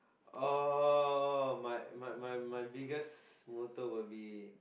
oh my my my my biggest motto will be